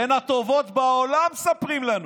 בין הטובות בעולם, מספרים לנו.